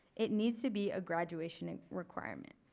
it needs to be a graduation and requirement.